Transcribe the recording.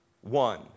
one